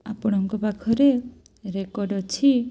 ଆପଣଙ୍କ ପାଖରେ ରେକର୍ଡ଼ ଅଛି